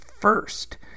first